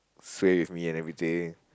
sway with me and everything